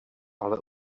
ale